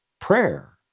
Prayer